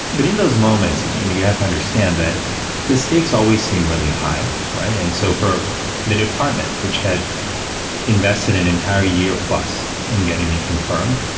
but in those moments, you have to understand that this stakes always seem really high, right. and so, for the department, which had invested an entire year plus, in getting me confirmed,